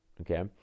okay